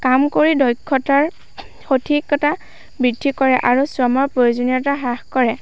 কাম কৰি দক্ষতাৰ সঠিকতা বৃদ্ধি কৰে আৰু শ্ৰমৰ প্ৰয়োজনীয়তা হ্ৰাস কৰে